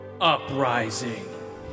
Uprising